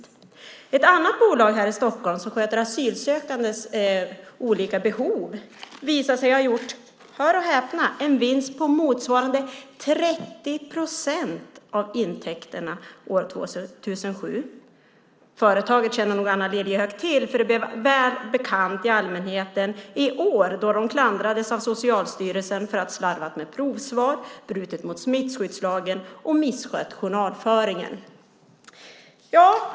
Det visade sig att ett annat bolag här i Stockholm som sköter asylsökandes olika behov hade gjort - hör och häpna! - en vinst på motsvarande 30 procent av intäkterna år 2007. Företaget känner nog Anna Lilliehöök till, för det blev väl bekant för allmänheten i år då det klandrades av Socialstyrelsen för att man hade slarvat med provsvar, brutit mot smittskyddslagen och misskött journalföringen.